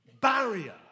barrier